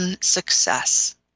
success